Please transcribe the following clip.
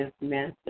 Master